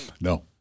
No